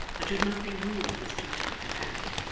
and should not be ruled with too tight a hand,